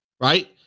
right